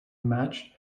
matched